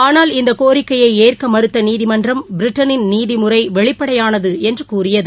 ஆனால் இந்த கோரிக்கையை ஏற்க மறுத்த நீதிமன்றம் பிரிட்டனின் நீதிமுறை வெளிப்படையானது என்று கூறியது